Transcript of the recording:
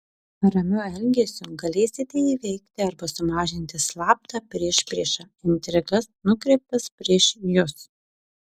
ramiu elgesiu galėsite įveikti arba sumažinti slaptą priešpriešą intrigas nukreiptas prieš jus